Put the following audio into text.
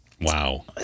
Wow